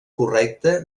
correcta